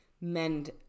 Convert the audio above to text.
mend